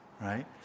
right